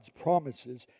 promises